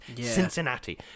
Cincinnati